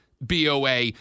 BOA